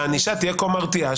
הענישה תהיה כה מרתיעה,